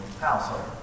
household